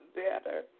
better